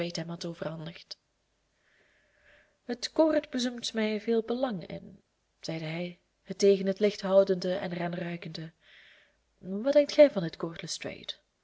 had overhandigd het koord boezemt mij veel belang in zeide hij het tegen het licht houdende en er aan ruikende wat denkt gij van dit